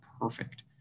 perfect